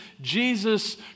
Jesus